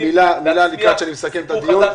ואחר כך אני מסכם את הדיון.